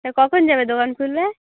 তা কখন যাবে দোকান খুলবে